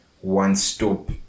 one-stop